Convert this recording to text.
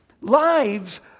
lives